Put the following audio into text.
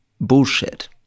bullshit